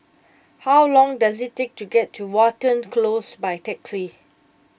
how long does it take to get to Watten Close by taxi